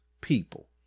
people